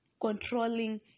controlling